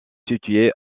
situé